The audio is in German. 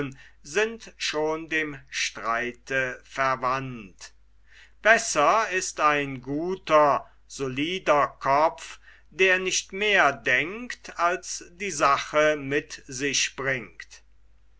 sind schon dem streite verwandt besser ist ein guter solider kopf der nicht mehr denkt als die sache mit sich bringt